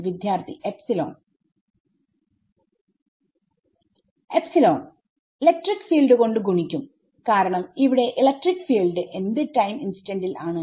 വിദ്യാർത്ഥി epsilon electric field കൊണ്ട് ഗുണിക്കും കാരണം ഇവിടെ ഇലക്ട്രിക് ഫീൽഡ് എന്ത് ടൈം ഇൻസ്റ്റന്റിൽ ആണ്